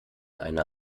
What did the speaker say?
einer